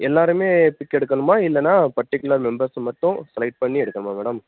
எல்லாருமே பிக்கு எடுக்கணுமா இல்லைன்னா பர்ட்டிகுலர் மெம்பர்ஸை மட்டும் செலெக்ட் பண்ணி எடுக்கணுமா மேடம்